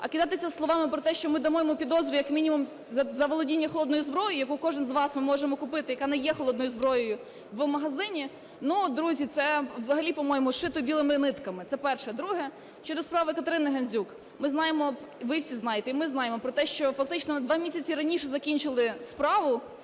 А кидатися словами про те, що ми дамо йому підозру, як мінімум, за володіння холодною зброєю, яку кожен з вас може купити, яка не є холодною зброєю, в магазині, ну, друзі, це взагалі, по-моєму, зшито білими нитками. Це перше. Друге. Щодо справи Катерини Гандзюк. Ми знаємо, ви всі знаєте і ми знаємо про те, що фактично на 2 місяці раніше закінчили справу,